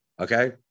okay